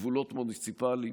גבולות מוניציפליים,